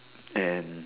and